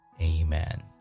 Amen